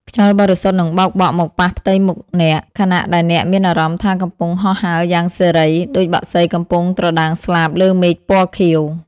ខ្យល់បរិសុទ្ធនឹងបក់បោកមកប៉ះផ្ទៃមុខអ្នក ខណៈដែលអ្នកមានអារម្មណ៍ថាកំពុងហោះហើរយ៉ាងសេរី ដូចបក្សីកំពុងត្រដាងស្លាបលើមេឃពណ៌ខៀវ។